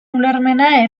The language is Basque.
ulermena